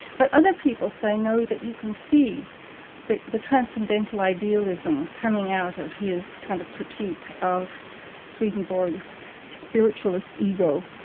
but other people say, no, that you can see the the transcendental idealism coming out of his kind of critique of swedenborg's spiritualist ego,